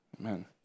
amen